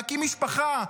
להקים משפחה,